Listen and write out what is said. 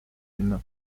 une